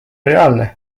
reaalne